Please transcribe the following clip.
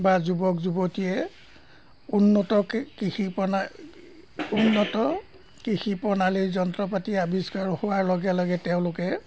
বা যুৱক যুৱতীয়ে উন্নত কি কৃষি প্ৰণা উন্নত কৃষি প্ৰণালীৰ যন্ত্ৰপাতি আৱিষ্কাৰ হোৱাৰ লগে লগে তেওঁলোকে